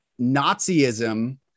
Nazism